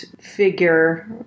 figure